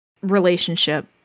relationship